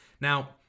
now